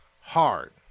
hard